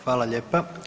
Hvala lijepa.